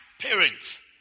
parents